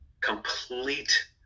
complete